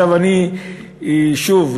שוב,